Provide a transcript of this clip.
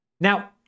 now